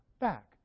back